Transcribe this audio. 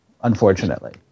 unfortunately